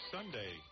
Sunday